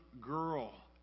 girl